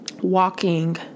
walking